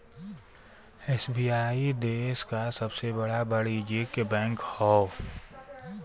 SBI देश क सबसे बड़ा वाणिज्यिक बैंक हौ